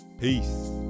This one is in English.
peace